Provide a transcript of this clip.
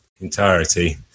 entirety